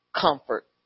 comfort